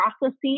processes